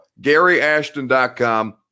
GaryAshton.com